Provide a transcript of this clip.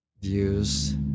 views